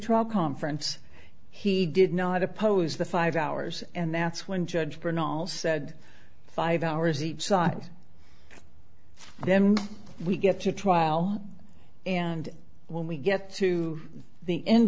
trial conference he did not oppose the five hours and that's when judge banal said five hours each side then we get to trial and when we get to the end